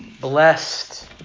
Blessed